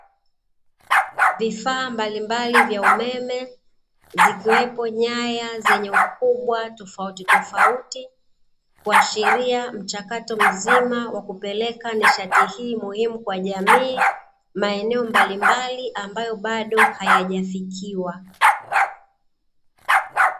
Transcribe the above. Vifaa mbalimbali vya umeme, zikiwepo nyaya zenye ukubwa tofauti tofauti, kuashiria mchakato mzima wa kupeleka nishati hii muhimu kwa jamii, maeneo mbalimbali ambayo bado hayajafikiwa.